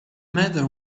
matter